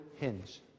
hinge